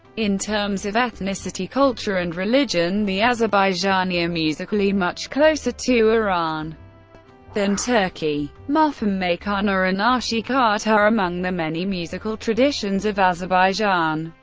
in terms of ethnicity, culture and religion the azerbaijani are musically much closer to iran than turkey. mugham, meykhana and um ashiq art are among the many musical traditions of azerbaijan.